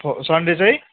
Sunday चाहिँ